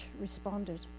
responded